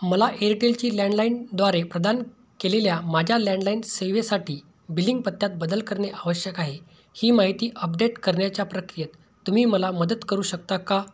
मला एअरटेलची लँडलाईन द्वारे प्रदान केलेल्या माझ्या लँडलाईन सेवेसाठी बिलिंग पत्त्यात बदल करणे आवश्यक आहे ही माहिती अपडेट करण्याच्या प्रक्रियेत तुम्ही मला मदत करू शकता का